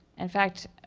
in fact,